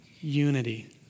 unity